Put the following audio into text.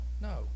no